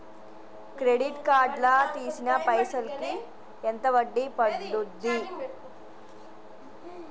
Credit card లా తీసిన పైసల్ కి ఎంత వడ్డీ పండుద్ధి?